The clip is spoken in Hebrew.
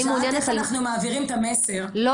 את שאלת איך אנחנו מעבירים את המסר -- לא,